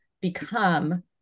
become